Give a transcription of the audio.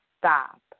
stop